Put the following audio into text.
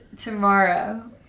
tomorrow